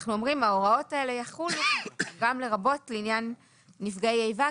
אנחנו אומרים שההוראות האלה יחולו גם לרבות לעניין נפגעי איבה,